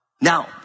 Now